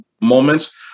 moments